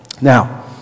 Now